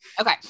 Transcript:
Okay